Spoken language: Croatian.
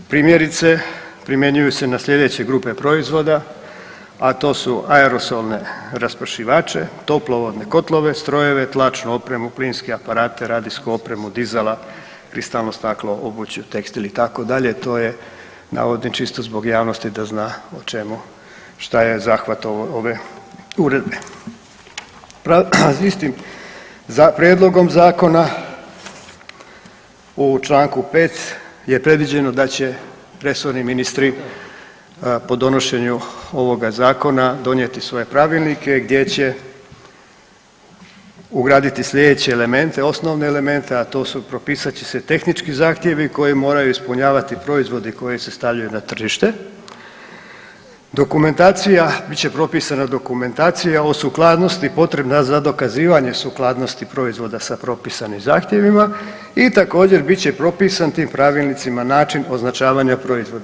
Primjerice, primjenjuju se na sljedeće grupe proizvoda, a to su aerosolne raspršivače, toplovodne kotlove, strojeve, tlačnu opremu, plinske aparate, radijsku opremu dizela, kristalno staklo, obuću, tekstil, itd., to je, navodim čisto zbog javnosti o čemu, šta je zahvat ove Uredbe. ... istim Prijedlogom zakona u čl. 5 je predviđeno da će resorni ministri po donošenju ovoga Zakona donijeti svoje pravilnike gdje će ugraditi sljedeće elemente, osnovne elemente, a to su, propisat će se tehnički zahtjevi koje moraju ispunjavati proizvodi koji se stavljaju na tržište, dokumentacija, bit će propisana dokumentacija o sukladnosti potrebna za dokazivanje sukladnosti proizvoda sa propisanim zahtjevima i također, bit će propisan tim pravilnicima način označavanja proizvoda.